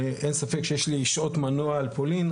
ואין ספק שיש לי לשעות מנוע רבות על פולין,